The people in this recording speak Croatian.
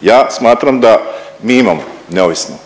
Ja smatram da mi imamo neovisno